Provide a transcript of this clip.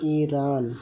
Iran